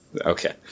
Okay